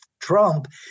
Trump